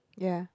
ya